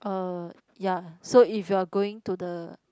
uh ya so if you're going to the